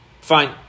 fine